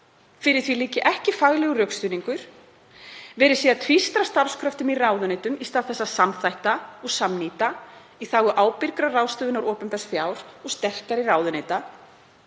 fyrir því liggi ekki faglegur rökstuðningur, verið sé að tvístra starfskröftum í ráðuneytum í stað þess að samþætta og samnýta í þágu ábyrgrar ráðstöfunar opinbers fjár og sterkari ráðuneyta